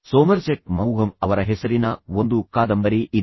Somerset ಮೌಘಮ್ ಅವರ ಹೆಸರಿನ ಒಂದು ಕಾದಂಬರಿ ಇದೆ